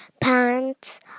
pants